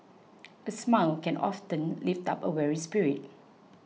a smile can often lift up a weary spirit